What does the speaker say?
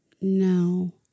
No